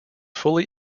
fully